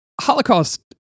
holocaust